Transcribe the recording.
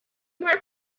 more